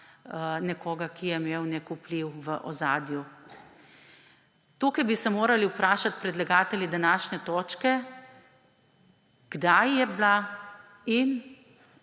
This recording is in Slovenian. nekoga, ki je imel nek vpliv v ozadju. Tu bi se morali vprašati predlagatelji današnje točke, kakšna je